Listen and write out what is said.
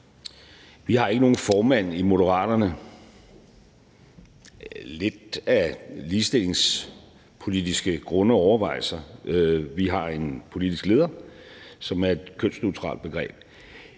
Vi har ikke nogen formand i Moderaterne – lidt af ligestillingspolitiske grunde og overvejelser. Vi har en politisk leder, som er et kønsneutralt begreb.